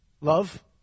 Love